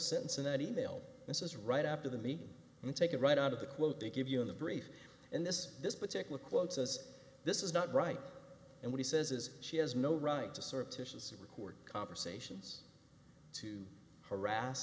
cincinnati they'll assess right after the meet and take it right out of the quote they give you in the brief and this this particular quote says this is not right and what he says is she has no right to surreptitiously record conversations to harass